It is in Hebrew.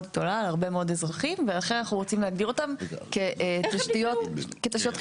גדולה על הרבה מאוד אזרחים ולכן אנחנו רוצים להגדיר אותם כתשתיות חיוניות.